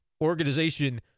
organization